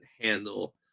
handle